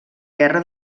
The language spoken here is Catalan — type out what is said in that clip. guerra